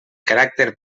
caràcter